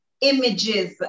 images